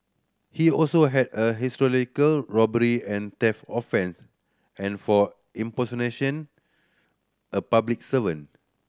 he also had a historical robbery and theft offence and for impersonation a public servant